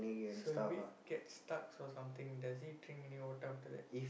so if it gets stuck or something does it drink any water after that